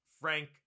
Frank